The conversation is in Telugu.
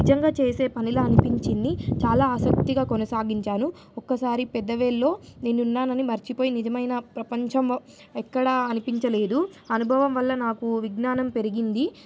నిజంగా చేసే పనిలా అనిపించింది చాలా ఆసక్తిగా కొనసాగించాను ఒక్కసారి పెద్దవేళ్ళ నేనున్నానని మర్చిపోయి నిజమైన ప్రపంచం ఎక్కడ అనిపించలేదు అనుభవం వల్ల నాకు విజ్ఞానం పెరిగింది